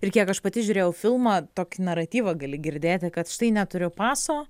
ir kiek aš pati žiūrėjau filmą tokį naratyvą gali girdėti kad štai neturiu paso